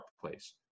place